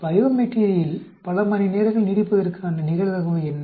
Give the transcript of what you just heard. biomaterial பல மணி நேரங்கள் நீடிப்பதற்கான நிகழ்தகவு என்ன